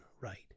right